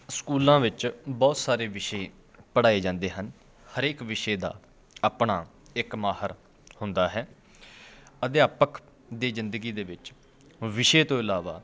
ਸਕੂਲਾਂ ਵਿੱਚ ਬਹੁਤ ਸਾਰੇ ਵਿਸ਼ੇ ਪੜ੍ਹਾਏ ਜਾਂਦੇ ਹਨ ਹਰੇਕ ਵਿਸ਼ੇ ਦਾ ਆਪਣਾ ਇੱਕ ਮਾਹਰ ਹੁੰਦਾ ਹੈ ਅਧਿਆਪਕ ਦੀ ਜ਼ਿੰਦਗੀ ਦੇ ਵਿੱਚ ਵਿਸ਼ੇ ਤੋਂ ਇਲਾਵਾ